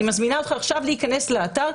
אני מזמינה אותך עכשיו להיכנס לאתר.